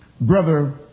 brother